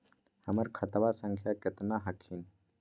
हमर खतवा संख्या केतना हखिन?